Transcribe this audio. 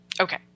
Okay